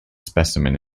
specimen